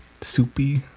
soupy